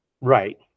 Right